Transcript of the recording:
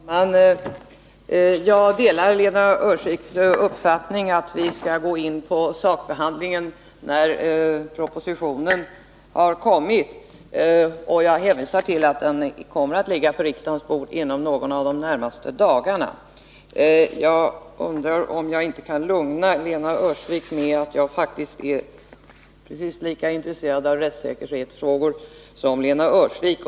Herr talman! Jag delar Lena Öhrsviks uppfattning att vi skall gå in på sakbehandlingen när propositionen har kommit, och jag hänvisar till att den kommer att ligga på riksdagens bord inom någon av de närmaste dagarna. Jag undrar om jag inte kan lugna Lena Öhrsvik med att jag faktiskt är precis lika intresserad av rättssäkerhetsfrågor som Lena Öhrsvik.